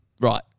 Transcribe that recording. right